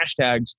hashtags